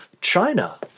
China